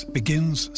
begins